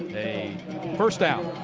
a first down.